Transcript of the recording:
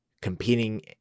competing